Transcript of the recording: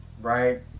right